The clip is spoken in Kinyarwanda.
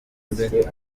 mbere